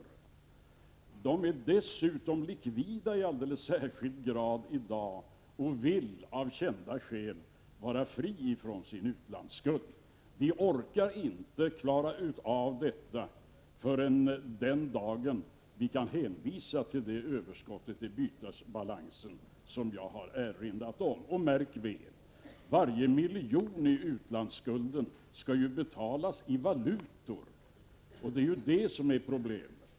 Företagen är dessutom likvida i alldeles särskild grad i dag och vill av kända skäl bli fria från sin utlandsskuld. Vi orkar inte klara av detta förrän den dag vi kan hänvisa till det överskott i bytesbalansen som jag erinrade om. Märk väl: Varje miljon i utlandsskuld skall betalas i valutor. Det är detta som är problemet.